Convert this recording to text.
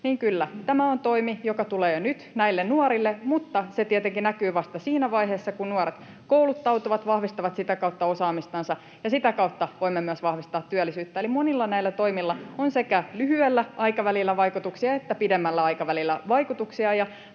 Kyllä tämä on toimi, joka tulee jo nyt näille nuorille, mutta se tietenkin näkyy vasta siinä vaiheessa, kun nuoret kouluttautuvat, vahvistavat sitä kautta osaamistansa, ja sitä kautta voimme myös vahvistaa työllisyyttä. Eli monilla näillä toimilla on sekä lyhyellä aikavälillä vaikutuksia että pidemmällä aikavälillä vaikutuksia,